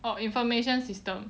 oh information system